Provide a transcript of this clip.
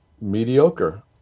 mediocre